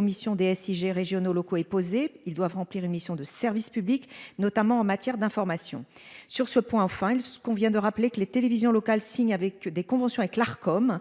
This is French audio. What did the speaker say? missions des SIG régionaux ou locaux. Ces derniers doivent remplir une mission de service public, notamment en matière d'information. Sur ce point, il convient de rappeler que les télévisions locales signent des conventions avec l'Arcom